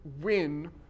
win